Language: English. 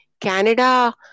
Canada